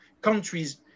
countries